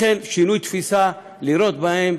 לכן, שינוי תפיסה: לראות בהם,